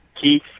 Keith